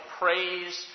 praise